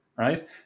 Right